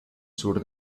sur